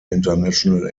international